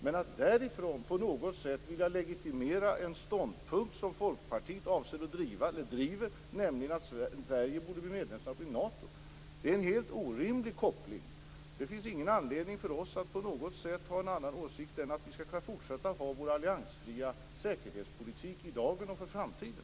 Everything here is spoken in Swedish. Men att därifrån vilja legitimera den ståndpunkt som Folkpartiet avser att driva eller driver, nämligen att Sverige borde bli medlem i Nato, är helt orimligt. Det finns ingen anledning för oss att ha en annan åsikt än att vi skall kunna fortsätta att driva vår alliansfria säkerhetspolitik i dag och i framtiden.